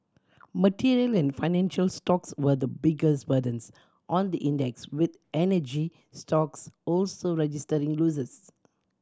material and financial stocks were the biggest burdens on the index with energy stocks also registering losses